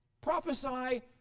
prophesy